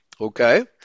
okay